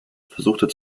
versuchte